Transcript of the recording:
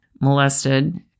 molested